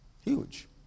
Huge